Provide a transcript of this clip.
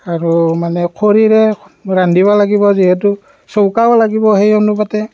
আৰু মানে খৰিৰে ৰান্ধিব লাগিব যিহেতু চৌকাও লাগিব সেই অনুপাতে